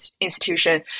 institution